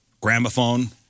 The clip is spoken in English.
gramophone